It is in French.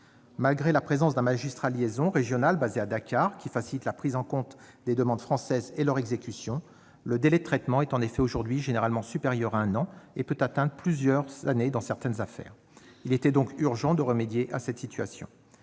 malgré la présence d'un magistrat de liaison régional basé à Dakar, qui facilite la prise en compte des demandes françaises et leur exécution, le délai actuel de traitement est généralement supérieur à un an et peut atteindre plusieurs années dans certaines affaires. Il était donc urgent de remédier à cette situation.